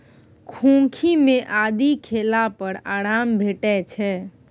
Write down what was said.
खोंखी मे आदि खेला पर आराम भेटै छै